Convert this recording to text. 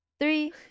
Three